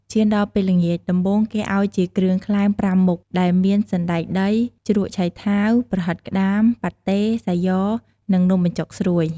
ឈានដល់ពេលល្ងាច ដំបូងគេឲ្យជាគ្រឿងក្លែម ៥មុខ ដែលមាន សណ្តែកដី ជ្រក់ឆៃថាវ ប្រហិតក្តាម ប៉ាត់តេ សាយ៉ និង នំបញ្ចុកស្រួយ។